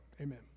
Amen